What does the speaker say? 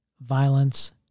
violence